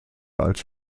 als